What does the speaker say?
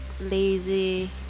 lazy